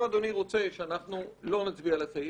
אם אדוני רוצה שלא נצביע על הסעיף,